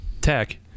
tech